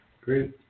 Great